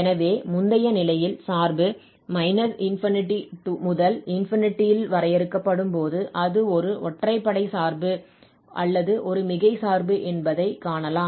எனவே முந்தைய நிலையில் சார்பு − முதல் இல் வரையறுக்கப்படும் போது அது ஒரு ஒற்றைப்படை சார்பு அல்லது ஒரு மிகை சார்பு என்பதைக் காணலாம்